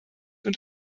und